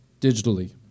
digitally